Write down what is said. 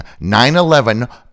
9-11